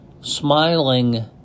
smiling